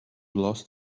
lost